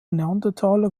neandertaler